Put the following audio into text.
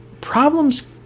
problems